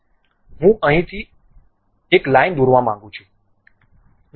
હું અહીંથી અહીં એક લાઇન દોરવા માગું છું